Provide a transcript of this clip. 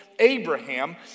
Abraham